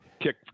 kick